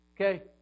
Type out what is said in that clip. Okay